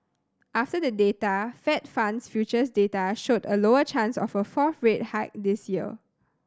after the data Fed funds futures data showed a lower chance of a fourth rate hike this year